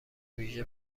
ویژه